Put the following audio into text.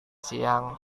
siang